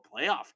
playoff